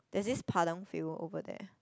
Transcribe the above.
there's this Padang field over there